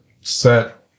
set